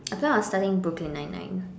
I feel like on starting Brooklyn nine nine